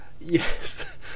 Yes